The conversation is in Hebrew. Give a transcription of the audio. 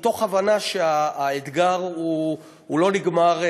מתוך הבנה שהאתגר לא נגמר,